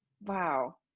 Wow